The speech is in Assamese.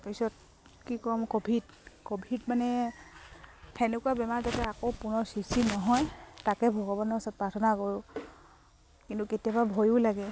তাৰ পিছত কি কম ক'ভিড ক'ভিড মানে সেনেকুৱা বেমাৰ যাতে আকৌ পুনৰ সৃষ্টি নহয় তাকে ভগৱানৰ ওচৰত প্ৰাৰ্থনা কৰোঁ কিন্তু কেতিয়াবা ভয়ো লাগে